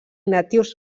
natius